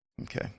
Okay